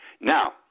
Now